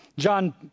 John